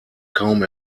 kaum